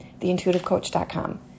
theintuitivecoach.com